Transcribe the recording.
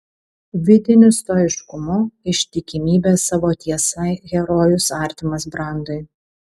vidiniu stoiškumu ištikimybe savo tiesai herojus artimas brandui